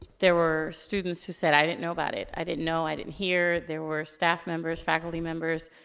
there were students who said, i didn't know about it. i didn't know, i didn't hear. there were staff members, faculty members,